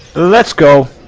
let's go